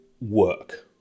work